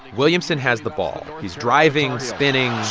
williamson has the ball. he's driving, spinning